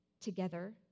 Together